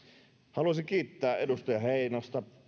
haluaisin kiittää edustaja heinosta